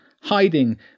Hiding